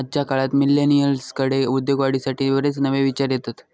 आजच्या काळात मिलेनियल्सकडे उद्योगवाढीसाठी बरेच नवे विचार येतत